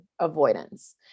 avoidance